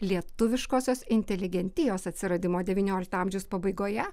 lietuviškosios inteligentijos atsiradimo devyniolikto amžiaus pabaigoje